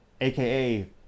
AKA